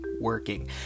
working